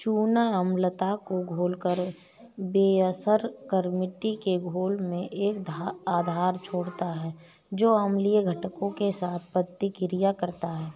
चूना अम्लता को घोलकर बेअसर कर मिट्टी के घोल में एक आधार छोड़ता है जो अम्लीय घटकों के साथ प्रतिक्रिया करता है